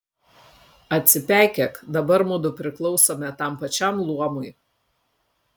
atsipeikėk dabar mudu priklausome tam pačiam luomui